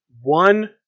one